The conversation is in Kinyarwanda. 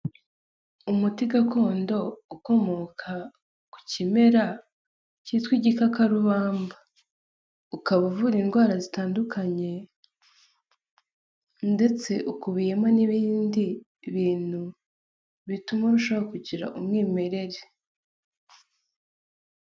Umuti gakondo ukomoka ku kimera cyitwa igikakarubamba; ukaba uvura indwara zitandukanye ndetse ukubiyemo n'ibindi bintu bituma urushaho kugira umwimerere.